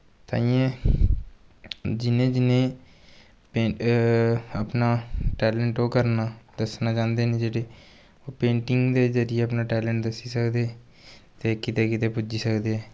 ताइयें जियां जियां अपना टैलेंट ओह् करना दस्सना चांह्दे न जेह्ड़े पेंटिंग दे जरिये अपना टैलेंट दस्सी सकदे ते किते किते पुज्जी सकदे